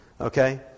Okay